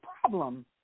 problem